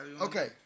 Okay